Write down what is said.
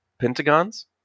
pentagons